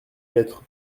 lettre